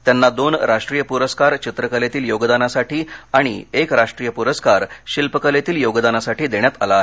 त्याना दोन राष्ट्रीय पुरस्कार चित्रकलेतील योगदानासाठी आणि एक राष्ट्रीय पुरस्कार शिल्पकलेतील योगदानासाठी देण्यात आला आहे